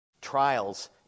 Trials